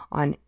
on